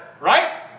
Right